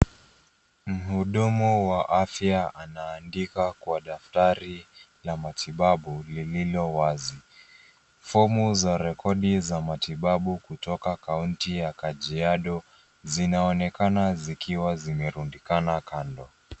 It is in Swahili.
Mhudumu wa afya anaandika kwa daftari la matibabu lililowazi. Fomu za rekodi za matibabu kutoka kaunti ya kajiado zinaonekana zikiwa zimerundikana kando.